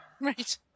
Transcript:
Right